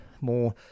more